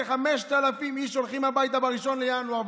כ-5,000 איש הולכים הביתה ב-1 בינואר,